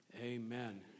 Amen